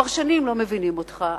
הפרשנים לא מבינים אותך,